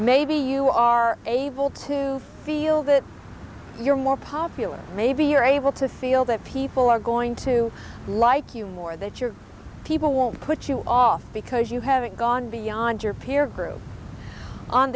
maybe you are able to feel that you're more popular maybe you're able to feel that people are going to like you more that your people won't put you off because you haven't gone beyond your peer group on